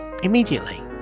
immediately